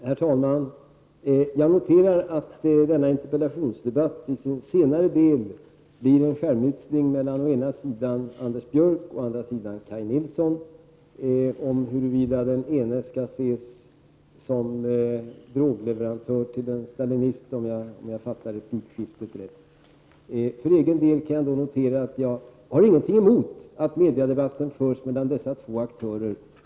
Herr talman! Jag noterar att denna interpellationsdebatt i sin senare del har blivit en skärmytsling mellan å ena sidan Anders Björck och å andra sidan Kaj Nilsson om huruvida den ene skall ses som drogleverantör till en stalinist, om jag fattade replikskiftet rätt. För egen del kan jag notera att jag inte har någonting emot att mediedebatten förs mellan dessa två aktörer.